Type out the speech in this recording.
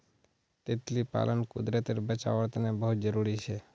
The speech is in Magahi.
तितली पालन कुदरतेर बचाओर तने बहुत ज़रूरी छे